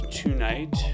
tonight